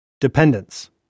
Dependence